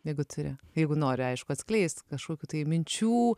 jeigu turi jeigu nori aišku atskleist kažkokių tai minčių